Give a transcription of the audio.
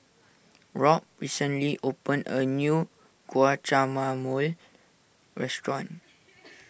Robb recently opened a new Guacamole restaurant